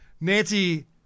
Nancy